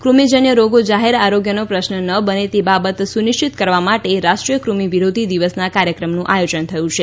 ફમિ જન્ય રોગો જાહેર આરોગ્યનો પ્રશ્ન ન બને તે બાબત સુનિશ્વીત કરવા માટે રાષ્ટ્રીય કૃમિ વિરોધી દિવસના કાર્યક્રમનું આયોજન થયું છે